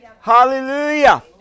Hallelujah